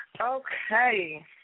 Okay